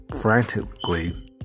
frantically